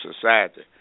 society